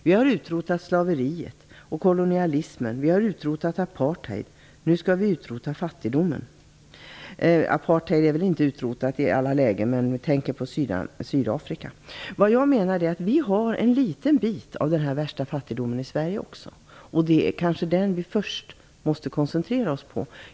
- Vi har utrotat slaveriet och kolonialismen, vi har utrotat apartheid - nu utrotar vi fattigdom." Apartheid är väl inte utrotad i alla lägen, men hon tänker här på Sydafrika. Jag menar att vi har en liten bit av den här värsta fattigdomen också i Sverige, och det är kanske den som vi först måste koncentrera oss på.